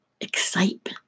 excitement